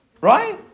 right